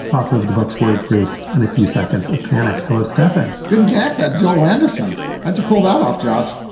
author of the book word freak and a few seconds of panic. hello, stefan good. get that, joel anderson. how'd you pull that off, josh?